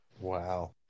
Wow